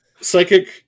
Psychic